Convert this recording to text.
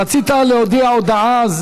רצית להודיע הודעה.